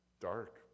Dark